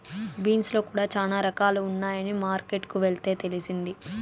beans లో కూడా చానా రకాలు ఉన్నాయని మార్కెట్ కి వెళ్తే తెలిసింది